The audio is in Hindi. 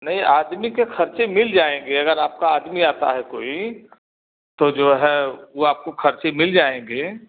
नहीं आदमी के ख़र्चे मिल जाएंगे अगर आपका आदमी आता है कोई तो जो है वो आपको ख़र्चे मिल जाएंगे